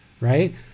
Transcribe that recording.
right